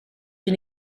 une